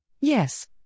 Yes